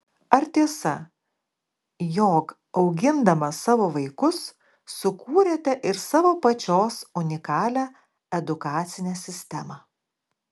ar tiesa jog augindama savo vaikus sukūrėte ir savo pačios unikalią edukacinę sistemą